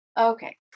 okay